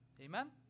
Amen